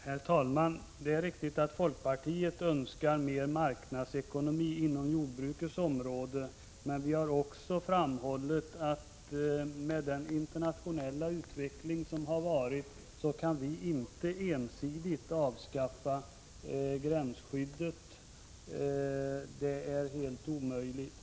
Herr talman! Det är riktigt att folkpartiet önskar mer marknadsekonomi inom jordbruksområdet. Vi har emellertid också framhållit att vi med den ökade internationaliseringen inte ensidigt kan avskaffa gränsskyddet. Något sådant vore helt otänkbart.